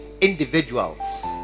individuals